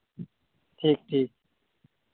ᱴᱷᱤᱠ ᱴᱷᱤᱠ